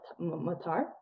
Matar